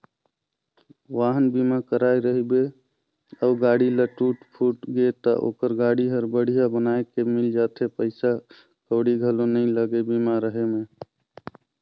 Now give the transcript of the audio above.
वाहन बीमा कराए रहिबे अउ गाड़ी ल टूट फूट गे त ओखर गाड़ी हर बड़िहा बनाये के मिल जाथे पइसा कउड़ी घलो नइ लागे बीमा रहें में